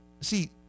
see